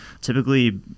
typically